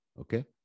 Okay